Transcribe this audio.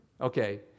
Okay